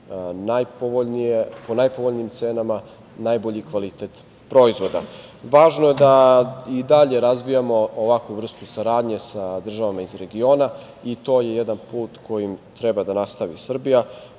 će dobijati po najpovoljnijim cenama najbolji kvalitet proizvoda. Važno je da i dalje razvijamo ovakvu vrstu saradnje sa državama iz regiona i to je jedan put kojim treba da nastavi Srbija